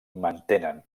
mantenen